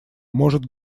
может